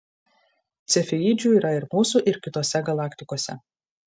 cefeidžių yra ir mūsų ir kitose galaktikose